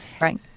Right